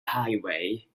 highway